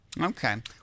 Okay